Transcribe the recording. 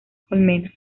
colmenas